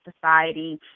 society